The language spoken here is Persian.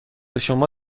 شما